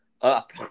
up